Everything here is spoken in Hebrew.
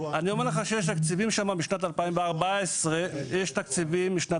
אני אומר לך שיש שם תקציבי משנת 2014. בפיתוח?